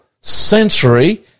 sensory